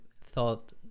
thought